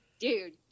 dude